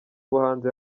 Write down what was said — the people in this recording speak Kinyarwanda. ubuhanzi